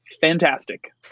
fantastic